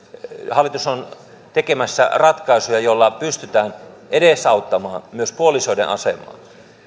hallitus on tekemässä ratkaisuja joilla pystytään edesauttamaan myös puolisoiden asemaa